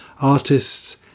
artists